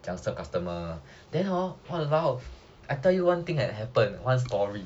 怎样 serve customer then hor !walao! I tell you one thing that happened one story